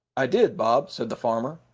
i did, bob, said the farmer.